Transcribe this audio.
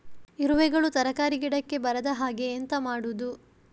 ಇರುವೆಗಳು ತರಕಾರಿ ಗಿಡಕ್ಕೆ ಬರದ ಹಾಗೆ ಎಂತ ಮಾಡುದು?